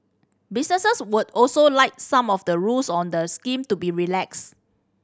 businesses would also like some of the rules on the scheme to be relaxed